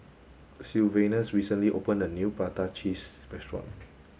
Sylvanus recently opened a new prata cheese restaurant